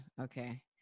Okay